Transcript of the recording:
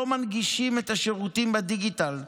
לא מנגישים את השירותים בדיגיטל.